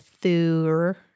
Thur